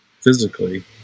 physically